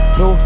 no